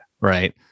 right